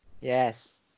yes